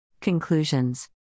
Conclusions